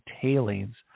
tailings